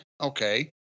okay